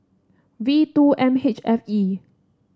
V two M H F E